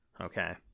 Okay